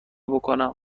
بکنم